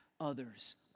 others